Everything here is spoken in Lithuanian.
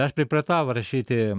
aš pripratau rašyti